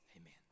Amen